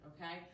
Okay